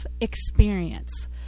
experience